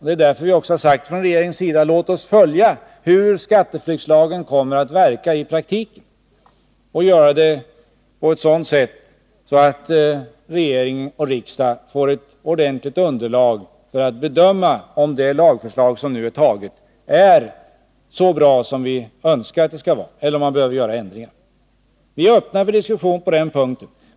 Därför har vi också sagt från regeringens sida: Låt oss följa hur skatteflyktslagen kommer att verka i praktiken, och göra det på ett sådant sätt att regering och riksdag får ett ordentligt underlag för att bedöma om det lagförslag som nu är antaget är så bra som vi önskar att det skall vara eller om vi behöver göra ändringar. Vi är öppna för diskussion på den punkten.